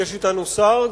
יש אתנו שר,